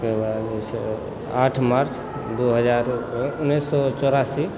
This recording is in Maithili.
ओकर बाद जे छै से आठ मार्च दू हजार उन्नैस सए चौरासी